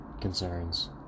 concerns